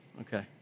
okay